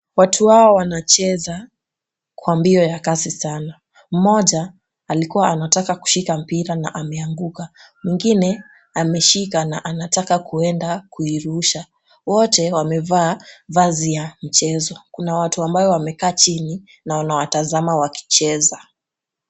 Watu hawa wanacheza kwa mbio ya kasi sana. Mmoja alikuwa anataka kushika mpira na ameanguka. Mwingine ameshika na anataka kuenda kuirusha. Wote wamevaa vazi ya michezo. Kuna watu ambao wamekaa chini na wanawatazama wakicheza.